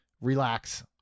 relax